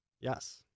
Yes